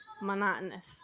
monotonous